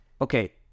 okay